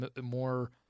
more